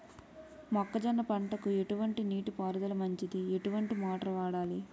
మొక్కజొన్న పంటకు ఎటువంటి నీటి పారుదల మంచిది? ఎటువంటి మోటార్ వాడాలి?